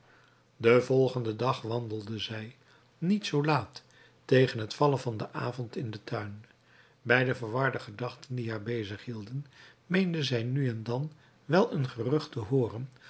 den volgenden dag wandelde zij niet zoo laat tegen het vallen van den avond in den tuin bij de verwarde gedachten die haar bezig hielden meende zij nu en dan wel een gerucht te hooren